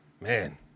man